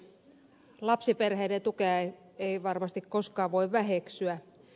lapsiperheiden tukea ei varmasti koskaan voi väheksyä